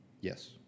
Yes